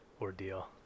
ordeal